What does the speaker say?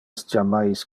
jammais